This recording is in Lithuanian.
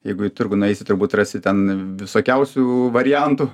jeigu į turgų nueisi turbūt rasi ten visokiausių variantų